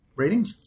ratings